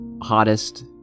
hottest